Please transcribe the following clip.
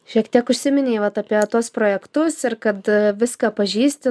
šiek tiek užsiminei vat apie tuos projektus ir kad viską pažįsti